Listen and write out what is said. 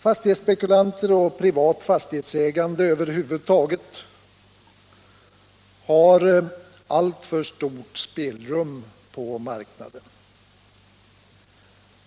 Fastighetsspekulanter och privat fastighetsägande över huvud taget har alltför stort spelrum på marknaden.